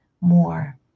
more